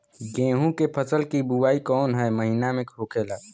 गेहूँ के फसल की बुवाई कौन हैं महीना में होखेला?